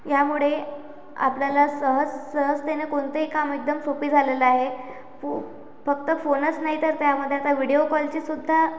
यामुळे आपल्याला सहज सहजतेने कोणतंही काम एकदम सोपी झालेलं आहे फो फक्त फोनच नाही तर त्यामध्ये आता व्हिडिओ कॉलची सुद्धा